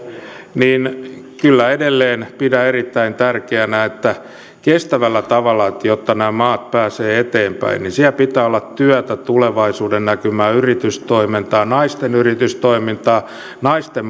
niin kyllä edelleen pidän erittäin tärkeänä että kestävällä tavalla jotta nämä maat pääsevät eteenpäin siellä pitää olla työtä tulevaisuudennäkymää yritystoimintaa naisten yritystoimintaa naisten